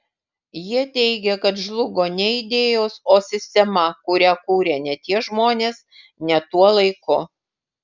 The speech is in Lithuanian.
jie teigia kad žlugo ne idėjos o sistema kurią kūrė ne tie žmonės ne tuo laiku